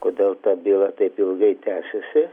kodėl ta byla taip ilgai tęsiasi